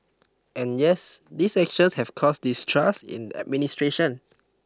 and yes these actions have caused distrust in administration